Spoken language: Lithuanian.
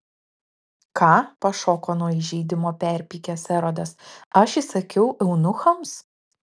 ką pašoko nuo įžeidimo perpykęs erodas aš įsakiau eunuchams